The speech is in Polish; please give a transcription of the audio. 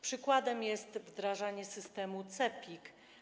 Przykładem jest wdrażanie systemu CEPiK.